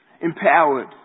empowered